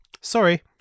sorry